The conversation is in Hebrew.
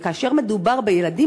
כאשר מדובר בילדים,